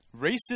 Racism